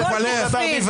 חוק המתנות לכל דיכפין.